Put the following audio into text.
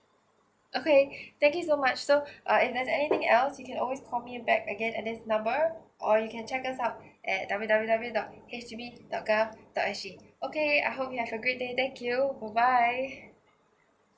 okay thank you so much so uh if does have anything else you can always call me back again at this number or you can check us out at w w w dot H D B dot gov dot s g okay I hope you have a great day thank you goodbye